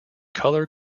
color